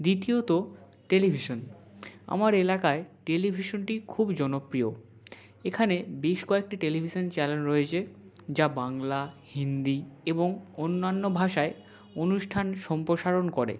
দ্বিতীয়ত টেলিভিশন আমার এলাকায় টেলিভিশনটি খুব জনপ্রিয় এখানে বেশ কয়েকটি টেলিভিশন চ্যানেল রয়েছে যা বাংলা হিন্দি এবং অন্যান্য ভাষায় অনুষ্ঠান সম্প্রসারণ করে